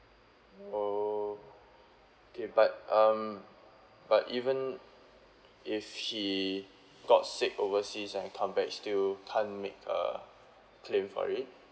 oh okay but um but even if she got sick overseas and come back still can't make a claim for it